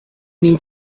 need